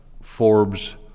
Forbes